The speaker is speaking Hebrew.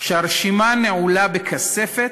שהרשימה נעולה בכספת,